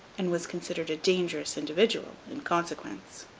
and was considered a dangerous individual in consequence.